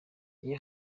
iyo